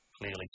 Clearly